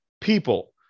people